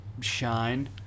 shine